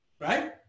right